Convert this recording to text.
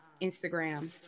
Instagram